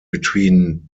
between